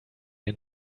den